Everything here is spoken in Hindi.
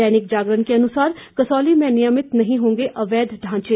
दैनिक जागरण के अनुसार कसौली में नियमित नहीं होंगे अवैध ढांचे